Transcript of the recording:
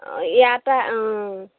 অঁ ইয়াত অঁ